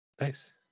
nice